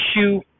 issue